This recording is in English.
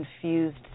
confused